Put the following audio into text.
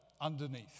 underneath